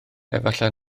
efallai